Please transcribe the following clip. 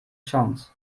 chance